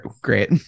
great